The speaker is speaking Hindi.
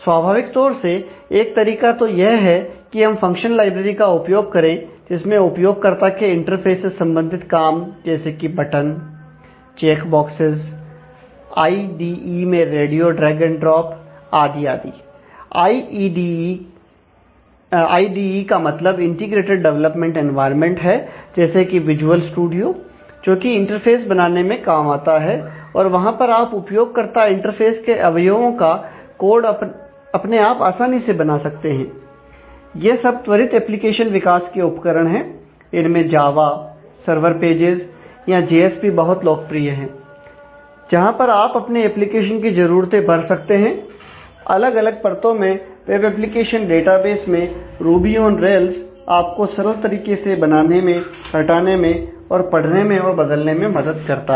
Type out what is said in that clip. स्वाभाविक तौर से एक तरीका तो यह है कि हम फंक्शन लाइब्रेरी का उपयोग करें जिसमें उपयोगकर्ता के इंटरफेस से संबंधित काम जैसे कि बटन आपको सरल तरीके से बनाने में हटाने में पढ़ने में और बदलने में मदद करता है